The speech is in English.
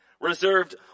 reserved